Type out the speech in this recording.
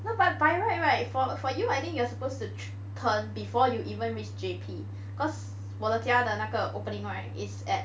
no but by right right for for you I think you are supposed to turn before you even reach J_P cause 我的家的那个 opening right is at